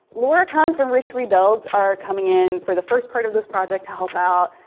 laura kampf and rich rebuilds are coming in for the first part of the project to help out,